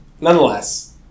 Nonetheless